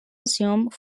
assumed